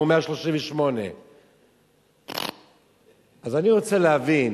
אמרו 138. אז אני רוצה להבין.